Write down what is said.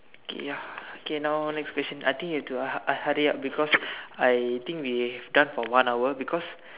okay ya okay now next question I think you've to hu uh hurry up because I think we done for one hour because